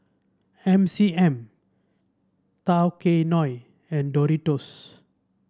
M C M Tao Kae Noi and Doritos